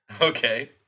Okay